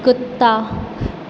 कुत्ता